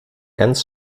ganz